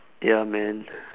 ya man